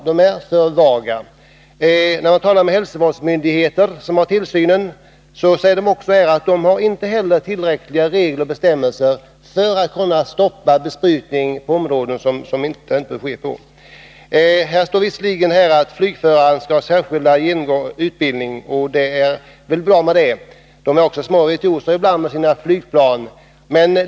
Talar man med representanter för hälsovårdsmyndigheter som har hand om tillsynen, säger dessa att det inte finns tillräckligt bra bestämmelser för att kunna stoppa besprutning på områden, där det inte skall ske någon sådan. 23 I svaret står det att flygföraren skall ha genomgått särskild utbildning, och det är väl bra. Ibland är förarna riktiga virtuoser.